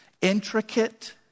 Intricate